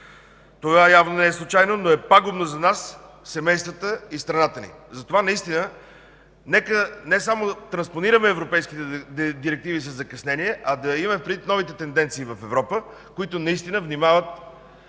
Това явно не е случайно, но е пагубно за нас – семействата и страната ни. Затова нека наистина не само да транспонираме европейските директиви със закъснение, а да имаме предвид новите тенденции в Европа, които наистина внимават